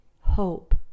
Hope